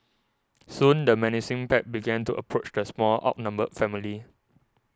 soon the menacing pack began to approach the poor outnumbered family